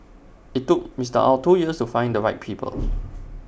IT took Mister Ow two years to find the right people